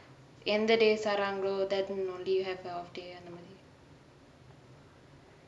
எந்த:entha days தராங்கலோ:tarangalo then only you have your off-day அந்த மாரி:antha maari